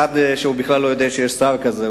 אחד שבכלל לא יודע שיש שר כזה,